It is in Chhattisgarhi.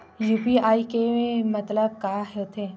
यू.पी.आई के मतलब का होथे?